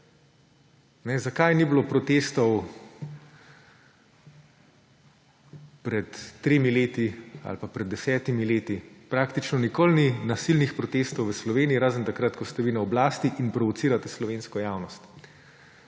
Zakaj ni bilo protestov pred tremi leti ali pa pred desetimi leti? Praktično nikoli ni nasilnih protestov v Sloveniji, razen takrat, ko ste vi na oblasti in provocirate slovensko javnost.